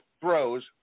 throws